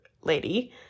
lady